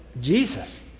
Jesus